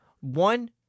One